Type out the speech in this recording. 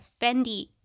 fendi